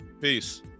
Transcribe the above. peace